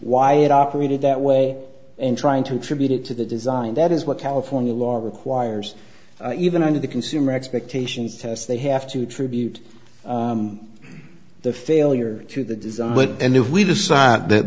why it operated that way and trying to attribute it to the design that is what california law requires even to the consumer expectations test they have to attribute the failure to the design and if we decide that